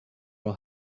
will